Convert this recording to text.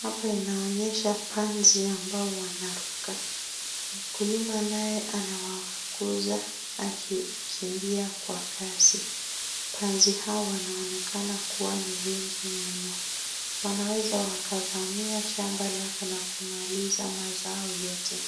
Hapa inaonyesha panzi ambao wanaruka, mkulima naye anawafukuza akikimbia kwa kasi, panzi hawa wanaonekana kuwa ni wengi mno, wanaweza wakavamia shamba lake na kumaliza mazao yote,